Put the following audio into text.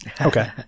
Okay